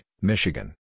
Michigan